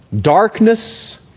Darkness